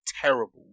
terrible